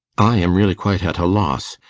i am really quite at a loss.